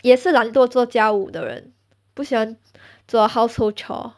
也是懒惰做家务的人不喜欢做 household chores